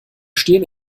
stehen